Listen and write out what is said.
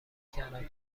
کردم